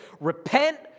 repent